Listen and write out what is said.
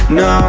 no